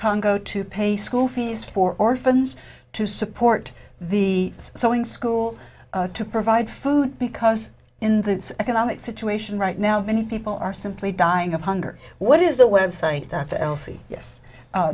congo to pay school fees for orphans to support the sewing school to provide food because in the economic situation right now many people are simply dying of hunger what is the website